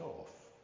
off